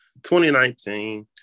2019